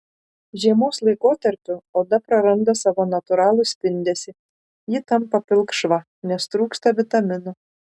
žiemos laikotarpiu oda praranda savo natūralų spindesį ji tampa pilkšva nes trūksta vitaminų